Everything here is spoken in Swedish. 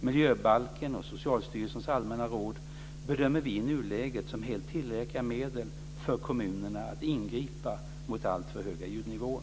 Miljöbalken och Socialstyrelsens Allmänna Råd bedömer vi i nuläget som helt tillräckliga medel för kommunerna att ingripa mot alltför höga ljudnivåer.